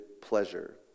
pleasure